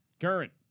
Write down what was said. Current